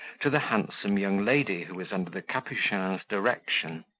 to the handsome young lady who was under the capuchin's direction.